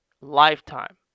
Lifetime